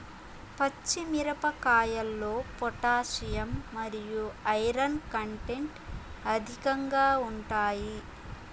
పచ్చి మిరపకాయల్లో పొటాషియం మరియు ఐరన్ కంటెంట్ అధికంగా ఉంటాయి